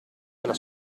della